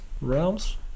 realms